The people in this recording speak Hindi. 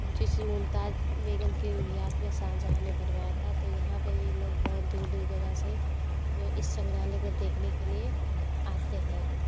जिस मुमताज बेग़म की याद में शाहजहाँ ने बनवाया था तो यहाँ पे लोग बहुत दूर दूर जगह से वो इस संग्रहालय को देखने के लिए आते हैं